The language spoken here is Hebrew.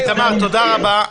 אוקיי, איתמר, תודה רבה.